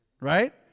Right